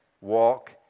Walk